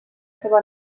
seva